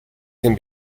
can